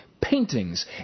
paintings